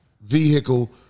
vehicle